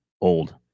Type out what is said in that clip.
Old